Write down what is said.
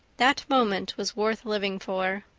that moment was worth living for.